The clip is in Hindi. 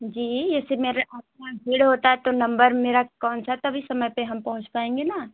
जी जैसे मेरे आपका भीड़ होता है तो नंबर मेरा कौन सा तभी समय पर हम पहुँच पाऍंगे ना